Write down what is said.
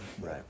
Right